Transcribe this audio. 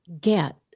get